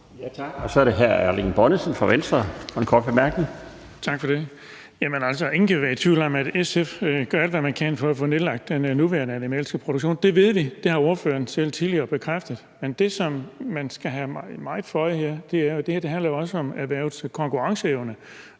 Kl. 22:01 Erling Bonnesen (V): Tak for det. Ingen kan være i tvivl om, at SF gør alt, hvad de kan for at få nedlagt den nuværende animalske produktion. Det ved vi, det har ordføreren selv tidligere bekræftet. Men det, som man skal have meget for øje her, er, at det her også handler om erhvervets konkurrenceevne.